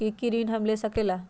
की की ऋण हम ले सकेला?